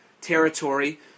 territory